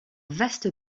vaste